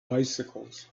bicycles